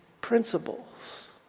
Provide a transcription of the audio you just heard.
principles